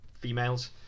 females